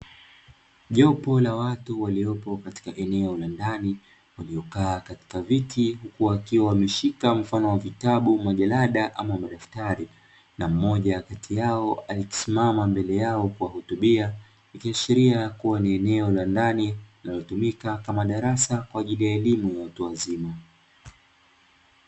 Jopo la watu waliopo katika eneo la ndani waliokaa katika viti huku wakiwa wameshika mfano wa vitabu, majalada ama madaftari na mmoja kati yao akisimama mbele yao kuwahutubia ikiashiria kua ni eneo la ndani linalotumika kama darasa kwa ajili ya elimu ya watu wazima.